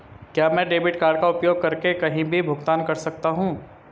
क्या मैं debit card का उपयोग करके कहीं भी भुगतान कर सकता हूं?